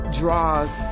draws